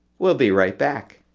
we'll be right back.